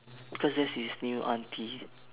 because this is new auntie